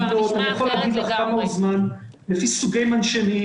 אני יכול להגיד לך כמה הוזמן לפי סוגי מנשמים,